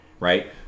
Right